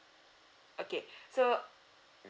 okay so